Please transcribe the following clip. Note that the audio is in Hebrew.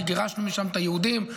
כי גירשנו משם את היהודים.